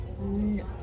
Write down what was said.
No